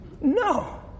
No